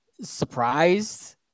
surprised